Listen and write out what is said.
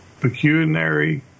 pecuniary